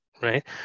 Right